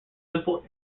simple